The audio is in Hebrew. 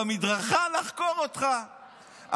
לחקור אותך במדרכה,